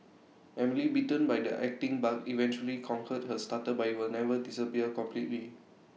Emily bitten by the acting bug eventually conquered her stutter but IT will never disappear completely